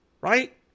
right